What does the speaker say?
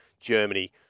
Germany